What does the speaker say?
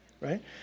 right